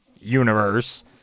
universe